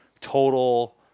total